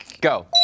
go